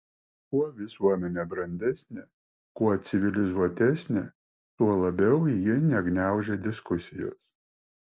kuo visuomenė brandesnė kuo civilizuotesnė tuo labiau ji negniaužia diskusijos